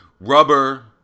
rubber